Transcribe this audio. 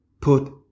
put